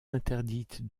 interdite